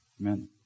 Amen